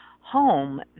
home